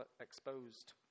exposed